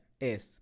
es